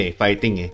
fighting